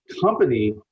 company